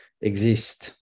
exist